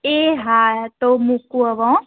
એ હા તો મૂકું હવે હું